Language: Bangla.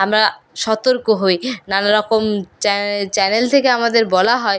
আমরা সতর্ক হই নানারকম চ্যা চ্যানেল থেকে আমাদের বলা হয়